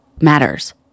matters